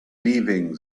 leaving